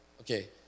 okay